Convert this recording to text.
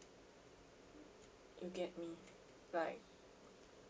you get me like